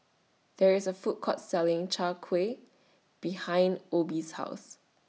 There IS A Food Court Selling Chai Kueh behind Obie's House